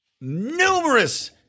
numerous